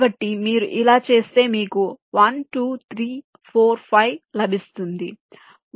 కాబట్టి మీరు ఇలా చేస్తే మీకు 1 2 3 4 5 లభిస్తుంది